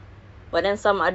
ya